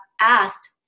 asked